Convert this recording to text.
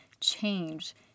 change